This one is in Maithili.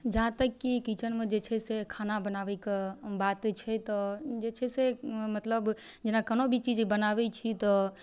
जहाँ तक कि किचनमे जे छै से खाना बनाबैके बात छै तऽ जे छै से मतलब जेना कोनो भी चीज बनाबै छी तऽ